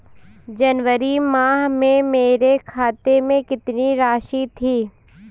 जनवरी माह में मेरे खाते में कितनी राशि थी?